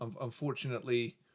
Unfortunately